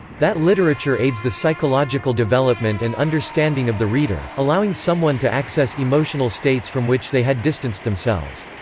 that literature aids the psychological development and understanding of the reader, allowing someone to access emotional states from which they had distanced themselves.